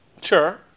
Sure